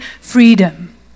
freedom